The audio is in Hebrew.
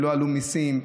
ולא עלו מיסים,